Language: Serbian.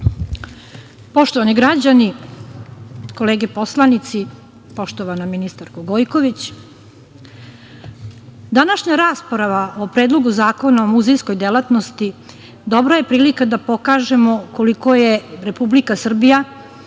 građani, kolege poslanici, poštovana ministarko Gojković, današnja rasprava o Predlogu zakona o muzejskoj delatnosti dobra je prilika da pokažemo koliko je Republika Srbija,